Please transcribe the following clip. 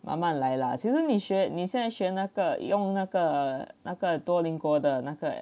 慢慢来啦其实你学你现在选那个用那个那个多邻国的那个